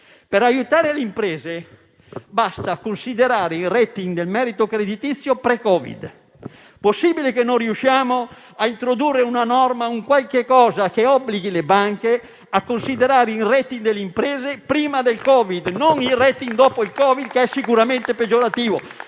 Per aiutare le imprese basta considerare il *rating* del merito creditizio pre-Covid. Possibile che non riusciamo a introdurre una norma che obblighi le banche a considerare il *rating* delle imprese prima del Covid e non quello successivo alla pandemia, che sicuramente è peggiorativo?